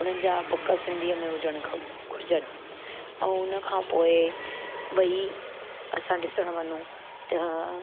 उन्हनि जा बुक सिंधीअ में हुजणु खपे घुरिजनि ऐं हुन खां पोइ भई असां ॾिसण वञूं त